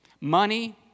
Money